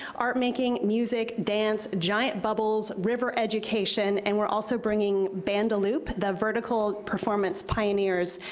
art-making, music, dance, giant bubbles, river education, and we're also bringing band-o-loop, the vertical performance pioneers,